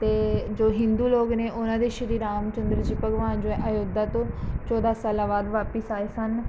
ਅਤੇ ਜੋ ਹਿੰਦੂ ਲੋਕ ਨੇ ਉਹਨਾਂ ਦੇ ਸ਼੍ਰੀ ਰਾਮ ਚੰਦਰ ਜੀ ਭਗਵਾਨ ਜੋ ਹੈ ਉਹ ਆਯੋਧਿਆ ਤੋਂ ਚੌਦ੍ਹਾਂ ਸਾਲਾਂ ਬਾਅਦ ਵਾਪਸ ਆਏ ਸਨ